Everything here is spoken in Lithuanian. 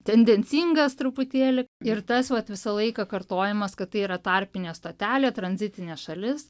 tendencingas truputėlį ir tas vat visą laiką kartojimas kad tai yra tarpinė stotelė tranzitinė šalis